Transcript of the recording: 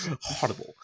Horrible